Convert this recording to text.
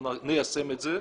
אנחנו ניישם את זה.